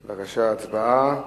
בבקשה, הצבעה.